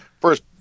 first